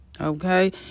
okay